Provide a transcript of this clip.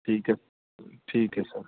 ਠੀਕ ਹੈ ਠੀਕ ਹੈ ਸਰ